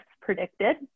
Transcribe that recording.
predicted